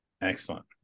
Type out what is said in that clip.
Excellent